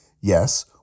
Yes